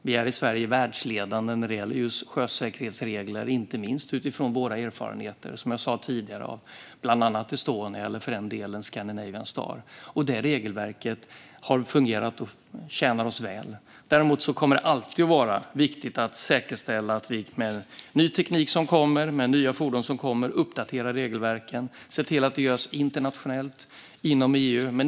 Vi är i Sverige världsledande när det gäller just sjösäkerhetsregler, bland annat utifrån våra erfarenheter, som jag sa tidigare, av Estonia eller för den delen Scandinavian Star. Regelverket har fungerat och tjänar oss väl. Men det kommer alltid att vara viktigt att vi med ny teknik och nya fordon som kommer uppdaterar regelverken och att det görs internationellt inom EU.